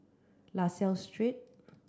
La Salle Street